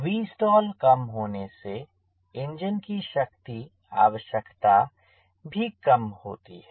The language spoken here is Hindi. Vstall कम होने से इंजन की शक्ति आवश्यकता भी कम होती है